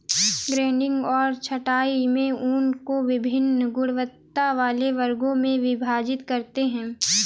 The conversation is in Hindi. ग्रेडिंग और छँटाई में ऊन को वभिन्न गुणवत्ता वाले वर्गों में विभाजित करते हैं